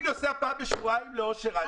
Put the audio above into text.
אני נוסע פעם בשבועיים ל"אושר עד",